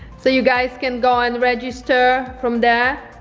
so you guys can go and register from that.